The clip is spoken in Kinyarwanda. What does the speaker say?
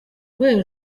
urwanda